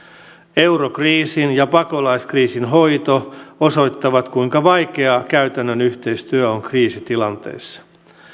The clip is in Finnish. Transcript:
eurokriisin ja pakolaiskriisin hoito osoittavat kuinka vaikeaa käytännön yhteistyö on kriisitilanteessa